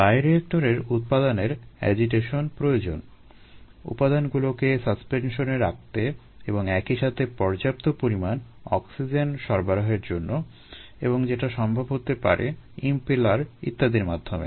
বায়োরিয়েক্টেরের উপাদানের এজিটেশন প্রয়োজন উপাদানগুলোকে সাসপেনশনে রাখতে এবং একই সাথে পর্যাপ্ত পরিমাণ অক্সিজেন সরবরাহের জন্য এবং যেটা সম্ভব হতে পারে ইমপেলার ইত্যাদির মাধ্যমে